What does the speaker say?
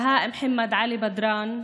בהאא מוחמד עלי בדראן,